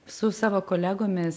su savo kolegomis